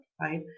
right